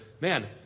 man